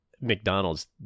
McDonald's